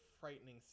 frightening